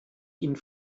ihnen